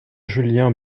julien